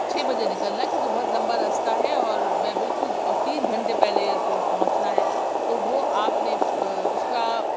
چھ بجے نکلنا ہے کیونکہ بہت لمبا راستہ ہے اور میں بالکل اور تین گھنٹے پہلے ایئر پورٹ پہنچنا ہے تو وہ آپ نے اُس کا